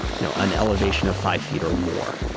you know, an elevation of five feet or more.